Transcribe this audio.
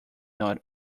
not